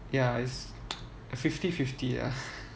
ya it's fifty fifty ah